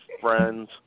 friends